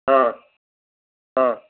ಹಾಂ ಹಾಂ